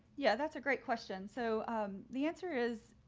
yeah, that's a great question. so the answer is,